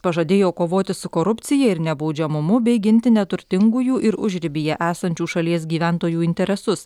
pažadėjo kovoti su korupcija ir nebaudžiamumu bei ginti neturtingųjų ir užribyje esančių šalies gyventojų interesus